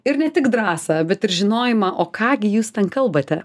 ir ne tik drąsą bet ir žinojimą o ką gi jūs kalbate